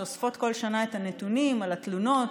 שאוספים כל שנה את הנתונים על התלונות